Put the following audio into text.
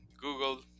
Google